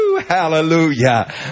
Hallelujah